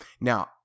now